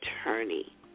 attorney